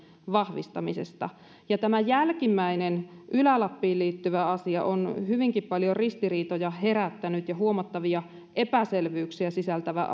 vahvistamisesta ja tämä jälkimmäinen ylä lappiin liittyvä asia on hyvinkin paljon ristiriitoja herättänyt ja huomattavia epäselvyyksiä sisältävä